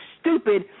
stupid